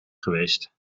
geweest